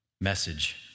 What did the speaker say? message